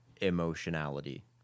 emotionality